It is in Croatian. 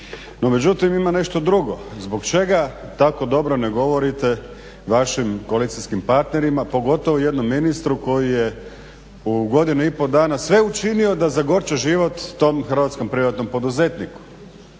međutim ima nešto drugo. Zbog čega tako dobro ne govorite vašim koalicijskim partnerima pogotovo jednom ministru koji je u godinu i pol dana sve učinio da zagorča život tom hrvatskom privatnom poduzetniku,